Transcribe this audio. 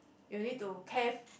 you need to care